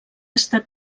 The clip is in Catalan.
estat